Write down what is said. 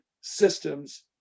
systems